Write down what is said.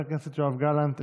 חבר הכנסת יואב גלנט,